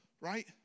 Right